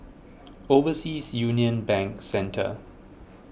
Overseas Union Bank Centre